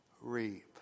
reap